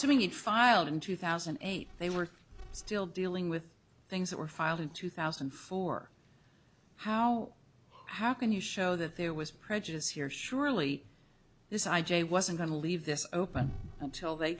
need filed in two thousand and eight they were still dealing with things that were filed in two thousand and four how how can you show that there was prejudice here surely this i j wasn't going to leave this open until they